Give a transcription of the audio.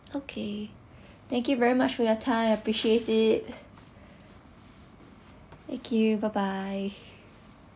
okay thank you very much for your time appreciate it thank you bye bye